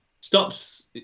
stops